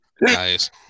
Nice